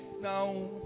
Now